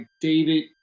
David